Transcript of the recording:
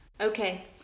Okay